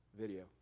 video